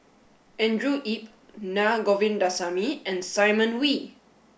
Andrew Yip Naa Govindasamy and Simon Wee